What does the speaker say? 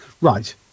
Right